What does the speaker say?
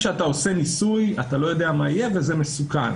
כשאתה עושה ניסוי אתה לא יודע מה יהיה וזה מסוכן.